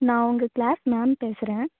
நான் அவங்க class ma'am பேசுகிறேன்